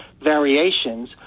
variations